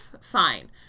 fine